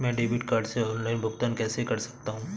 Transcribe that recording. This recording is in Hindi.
मैं डेबिट कार्ड से ऑनलाइन भुगतान कैसे कर सकता हूँ?